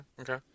okay